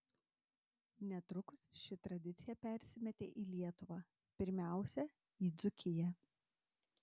netrukus ši tradicija persimetė į lietuvą pirmiausia į dzūkiją